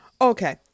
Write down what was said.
Okay